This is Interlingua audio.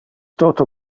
toto